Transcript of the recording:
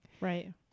Right